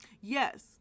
yes